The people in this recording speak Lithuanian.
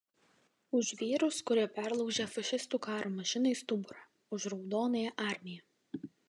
už vyrus kurie perlaužė fašistų karo mašinai stuburą už raudonąją armiją